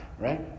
Right